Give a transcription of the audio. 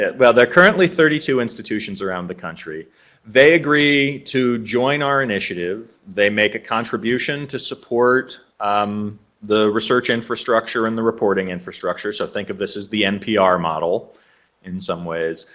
well they're currently thirty two institutions around the country they agree to join our initiative, they make a contribution to support um the research infrastructure and the reporting infrastructure. so think of this as the npr model in some ways.